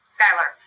Skylar